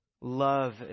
Love